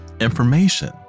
information